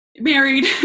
married